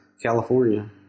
California